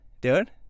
dude